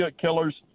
killers –